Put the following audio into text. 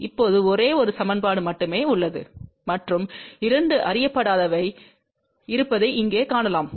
இப்போது ஒரே ஒரு சமன்பாடு மட்டுமே உள்ளது மற்றும் இரண்டு அறியப்படாதவை இருப்பதை இங்கே காணலாம்